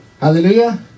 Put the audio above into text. Hallelujah